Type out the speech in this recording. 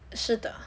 是的